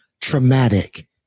traumatic